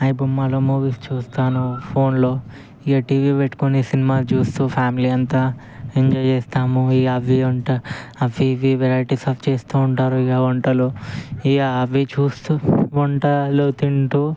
ఐబొమ్మలో movies చూస్తాను ఫోన్లో ఇక టీవీ పెట్టుకుని సినిమా చూస్తూ ఫ్యామిలీ అంతా ఎంజాయ్ చేస్తాము ఇవి అవి తింటా అవి ఇవి వెరైటీస్ అవి చేస్తూ ఉంటారు ఇక వంటలు ఇవి అవి చూస్తూ వంటలు తింటూ